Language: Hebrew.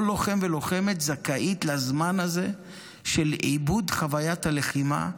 כל לוחם ולוחמת זכאים לזמן הזה של עיבוד חוויית הלחימה,